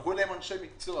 שלחו אליהם אנשי מקצוע